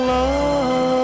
Love